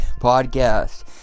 podcast